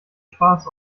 spaß